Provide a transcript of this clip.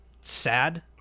sad